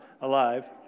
alive